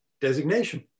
designation